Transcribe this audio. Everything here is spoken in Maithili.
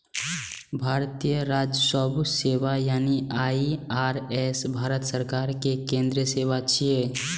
भारतीय राजस्व सेवा यानी आई.आर.एस भारत सरकार के केंद्रीय सेवा छियै